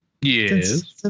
Yes